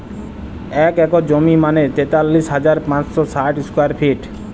এক একর জমি মানে তেতাল্লিশ হাজার পাঁচশ ষাট স্কোয়ার ফিট